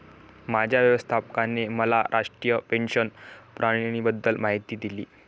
माझ्या व्यवस्थापकाने मला राष्ट्रीय पेन्शन प्रणालीबद्दल माहिती दिली